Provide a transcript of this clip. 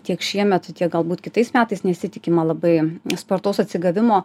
tiek šiemet tiek galbūt kitais metais nesitikima labai spartaus atsigavimo